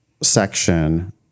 section